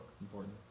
important